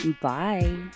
bye